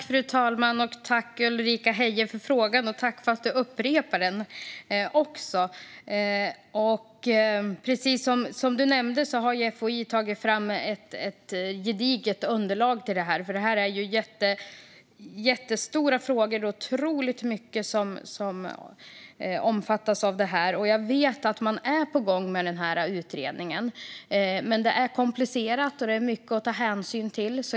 Fru talman! Jag tackar Ulrika Heie för att hon upprepade sin fråga. Precis som du nämnde har FOI tagit fram ett gediget underlag, för det här är stora frågor som omfattar otroligt mycket. Jag vet att regeringen är på gång med denna utredning, men det är komplicerat och mycket att ta hänsyn till.